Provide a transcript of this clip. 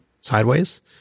sideways